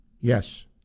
Yes